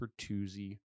Pertuzzi